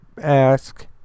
ask